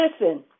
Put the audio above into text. listen